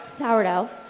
Sourdough